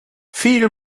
viel